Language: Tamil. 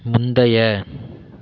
முந்தைய